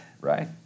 right